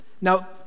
Now